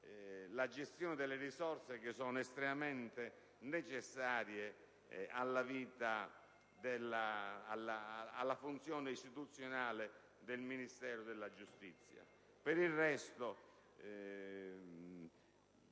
la gestione di risorse che sono estremamente necessarie alla funzione istituzionale del Ministero della giustizia. Per il resto,